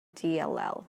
dll